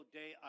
day